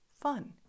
fun